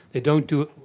they don't do